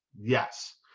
yes